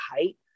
height